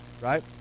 right